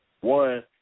One